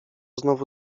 znowu